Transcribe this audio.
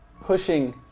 pushing